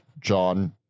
John